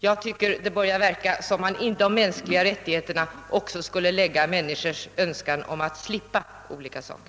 Jag tycker att man i de mänskliga rättigheterna också borde lägga in människors önskan att slippa olika saker.